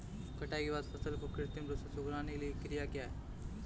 कटाई के बाद फसल को कृत्रिम रूप से सुखाने की क्रिया क्या है?